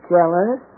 Jealous